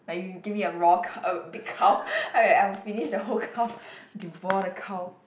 like you give me a raw cow a big cow I I will finish the whole cow devour the cow